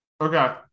Okay